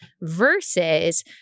versus